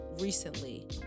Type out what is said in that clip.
recently